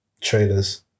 trailers